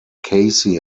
casey